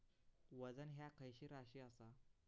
वजन ह्या खैची राशी असा?